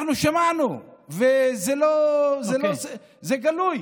אנחנו שמענו וזה גלוי